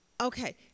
Okay